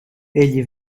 egli